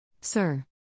Sir